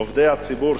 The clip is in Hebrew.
עובדי הציבור,